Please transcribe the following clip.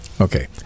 Okay